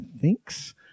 thinks